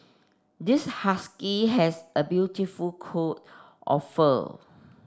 this husky has a beautiful coat of fur